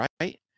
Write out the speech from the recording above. right